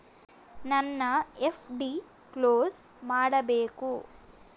ನನ್ನ FD close ಮಾಡಬೇಕು